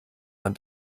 man